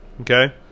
Okay